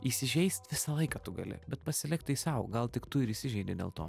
įsižeist visą laiką tu gali bet pasilik tai sau gal tik tu ir įsižeidei dėl to